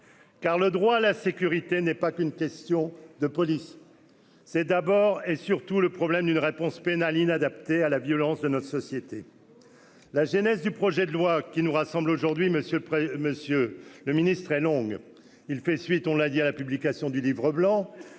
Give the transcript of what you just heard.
car le droit à la sécurité n'est pas qu'une question de police, c'est d'abord et surtout le problème d'une réponse pénale inadapté à la violence de notre société, la genèse du projet de loi qui nous rassemble aujourd'hui monsieur le monsieur le ministre est longue, il fait suite, on l'a dit à la publication du Livre blanc